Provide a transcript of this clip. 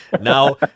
Now